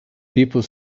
people